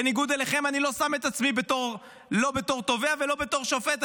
בניגוד אליכם אני לא שם את עצמי לא בתור תובע ולא בתור שופט,